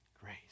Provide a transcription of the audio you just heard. grace